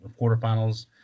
quarterfinals